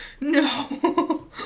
No